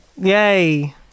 Yay